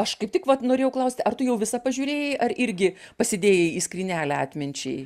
aš kaip tik vat norėjau klausti ar tu jau visą pažiūrėjai ar irgi pasidėjai į skrynelę atminčiai